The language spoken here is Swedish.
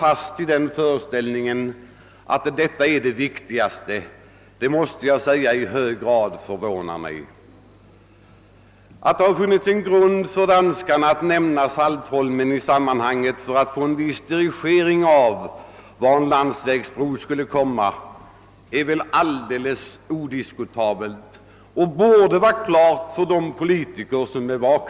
Att det har funnits en grund för danskarna att nämna Saltholm i sammanhanget för att få en viss dirigering av var en landsvägsbro skall byggas är väl odiskutabelt, och det borde stå klart för vakna politiker.